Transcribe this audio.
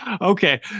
Okay